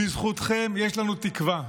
בזכותכם יש לנו תקווה.